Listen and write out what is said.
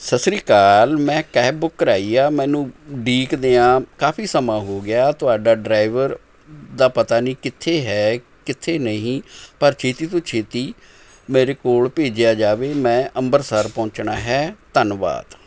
ਸਤਿ ਸ਼੍ਰੀ ਅਕਾਲ ਮੈਂ ਕੈਬ ਬੁੱਕ ਕਰਵਾਈ ਹੈ ਮੈਨੂੰ ਉਡੀਕਦਿਆਂ ਕਾਫ਼ੀ ਸਮਾਂ ਹੋ ਗਿਆ ਤੁਹਾਡਾ ਡਰਾਈਵਰ ਦਾ ਪਤਾ ਨਹੀਂ ਕਿੱਥੇ ਹੈ ਕਿੱਥੇ ਨਹੀਂ ਪਰ ਛੇਤੀ ਤੋਂ ਛੇਤੀ ਮੇਰੇ ਕੋਲ਼ ਭੇਜਿਆ ਜਾਵੇ ਮੈਂ ਅੰਬਰਸਰ ਪਹੁੰਚਣਾ ਹੈ ਧੰਨਵਾਦ